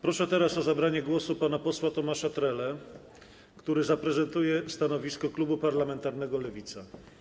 Proszę teraz o zabranie głosu pana posła Tomasza Trelę, który zaprezentuje stanowisko klubu parlamentarnego Lewica.